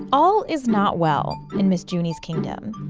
all is not well in ms. junie's kingdom.